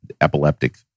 epileptic